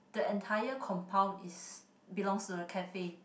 the entire compound is belongs to the cafe